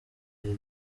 rye